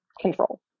control